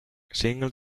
single